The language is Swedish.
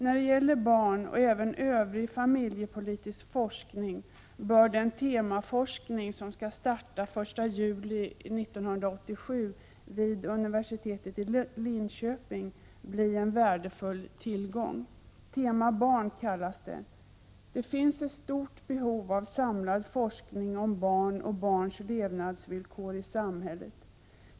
När det gäller barn och även övrig familjepolitisk forskning bör den temaforskning som skall starta den 1 juli 1987 vid universitetet i Linköping bli ett värdefullt tillskott. Tema Barn kallas den. Det finns ett stort behov av en samlad forskning om barn och barns levnadsvillkor i samhället.